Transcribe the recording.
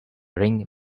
ring